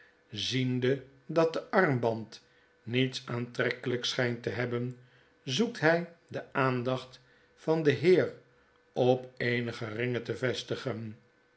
ziende dat de armband niets aantrekkelijks schijnt te hebben zoekt hij de aandacht van den heer op eenige ringen te vestigen